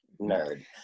nerd